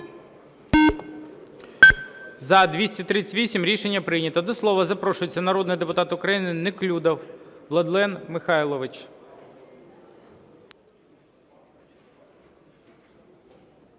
За-238 Рішення прийнято. До слова запрошується народний депутат України Неклюдов Владлен Михайлович.